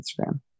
instagram